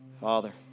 Father